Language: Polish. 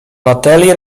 atelier